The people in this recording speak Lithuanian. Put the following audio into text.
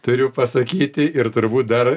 turiu pasakyti ir turbūt dar